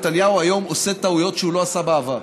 נתניהו היום עושה טעויות שהוא לא עשה בעבר.